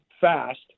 fast